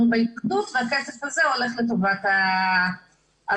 בהתאחדות והכסף הזה הולך לטובת הפעילויות.